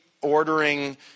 ordering